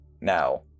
now